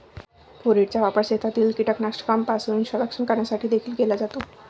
फोरेटचा वापर शेतातील कीटकांपासून संरक्षण करण्यासाठी देखील केला जातो